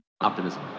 Optimism